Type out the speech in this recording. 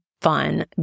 fun